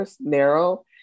narrow